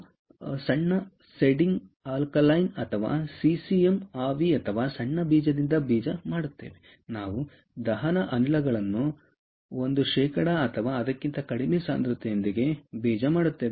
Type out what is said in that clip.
ಆದ್ದರಿಂದ ನಾವು ಅದನ್ನು ಸಣ್ಣ ಸೆಡಿಂಗ್ ಅಲ್ಕಲೈನ್ ಅಥವಾ ಸೀಸಿಯಮ್ ಆವಿ ಅಥವಾ ಸಣ್ಣ ಬೀಜದಿಂದ ಬೀಜ ಮಾಡುತ್ತೇವೆ ನಾವು ದಹನ ಅನಿಲಗಳನ್ನು ಒಂದು ಶೇಕಡಾ ಅಥವಾ ಅದಕ್ಕಿಂತ ಕಡಿಮೆ ಸಾಂದ್ರತೆಯೊಂದಿಗೆ ಬೀಜ ಮಾಡುತ್ತೇವೆ